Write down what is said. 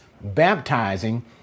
baptizing